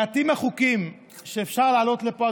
מעטים החוקים שאפשר לעלות לפה,